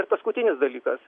ir paskutinis dalykas